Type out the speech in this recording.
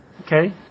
Okay